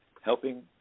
helping